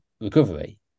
recovery